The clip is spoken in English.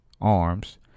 arms